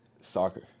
Soccer